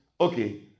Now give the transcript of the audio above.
okay